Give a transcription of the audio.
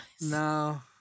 No